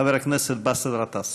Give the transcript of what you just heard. חבר הכנסת באסל גטאס.